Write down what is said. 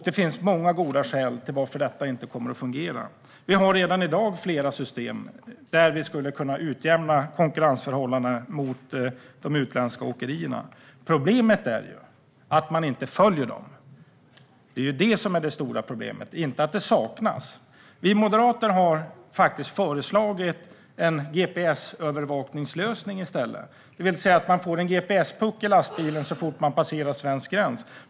Det finns många goda skäl till att det inte kommer att fungera. Redan i dag finns det flera system som kan användas för att utjämna konkurrensförhållanden till de utländska åkerierna. Problemet är ju att man inte följer reglerna. Det är det som är det stora problemet, inte att det saknas regler. Vi moderater har i stället föreslagit en gps-övervakningslösning. Så fort lastbilen passerar svensk gräns får man en gps-puck i den.